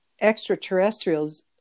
extraterrestrials